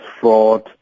fraud